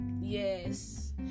Yes